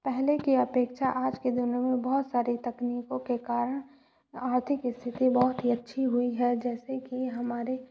पहले की अपेक्षा आज के दिनों में बहउत सारी तकनीकों के कारण आर्थिक स्थिति बहुत ही अच्छी हुई है जैसे कि हमारे